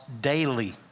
daily